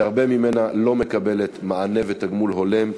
שהרבה ממנה לא מקבלת מענה ותגמול הולם,